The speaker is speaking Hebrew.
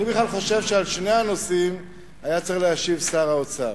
אני בכלל חושב שעל שני הנושאים היה צריך להשיב שר האוצר.